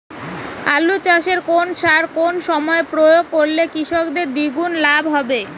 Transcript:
আলু চাষে কোন সার কোন সময়ে প্রয়োগ করলে কৃষকের দ্বিগুণ লাভ হবে?